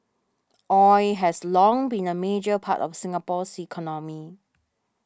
oil has long been a major part of Singapore's economy